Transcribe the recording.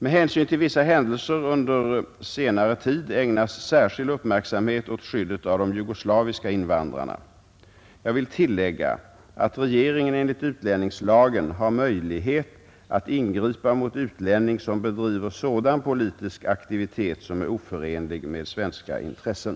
Med hänsyn till vissa händelser under senare tid ägnas särskild uppmärksamhet åt skyddet av de jugoslaviska invandrarna. Jag vill tillägga att regeringen enligt utlänningslagen har möjlighet att ingripa mot utlänning som bedriver sådan politisk aktivitet som är oförenlig med svenska intressen.